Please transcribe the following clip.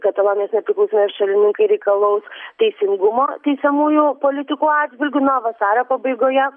katalonijos nepriklausomybės šalininkai reikalaus teisingumo teisiamųjų politikų atžvilgiu na o vasario pabaigoje